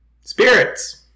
Spirits